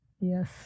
yes